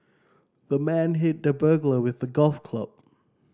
the man hit the burglar with a golf club